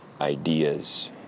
ideas